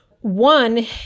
One